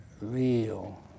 Real